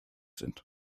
sind